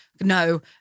no